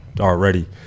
Already